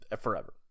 forever